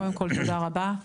קודם כל תודה רבה.